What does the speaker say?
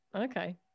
Okay